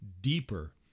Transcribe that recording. deeper